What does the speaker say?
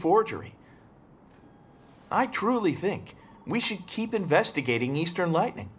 forgery i truly think we should keep investigating eastern lightning